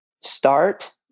start